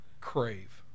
crave